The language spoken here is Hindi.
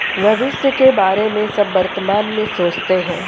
भविष्य के बारे में सब वर्तमान में सोचते हैं